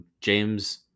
James